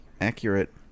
Accurate